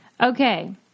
Okay